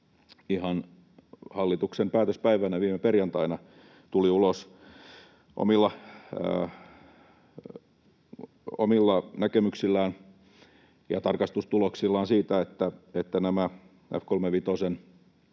ihan hallituksen päätöspäivänä viime perjantaina, tuli ulos omilla näkemyksillään ja tarkastustuloksillaan siitä, että näiden F-35:n